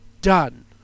Done